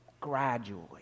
gradually